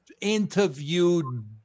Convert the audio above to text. interviewed